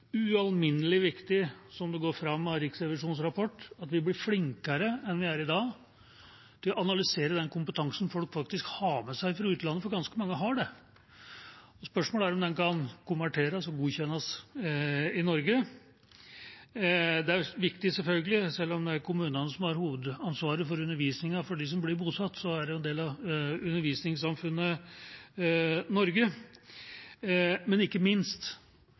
ualminnelig viktig, som det går fram av Riksrevisjonens rapport, at vi blir flinkere enn vi er i dag til å analysere den kompetansen folk faktisk har med seg fra utlandet, for ganske mange har det. Spørsmålet er om den kan konverteres og godkjennes i Norge. Det er viktig, selvfølgelig – selv om det er kommunene som har hovedansvaret for undervisningen for dem som blir bosatt, er det en del av undervisningssamfunnet Norge. Men ikke minst,